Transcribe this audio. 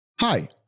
Hi